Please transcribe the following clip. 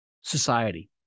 society